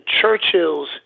Churchill's